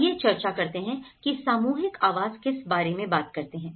आइए चर्चा करते हैं कि सामूहिक आवास किस बारे में बात करते है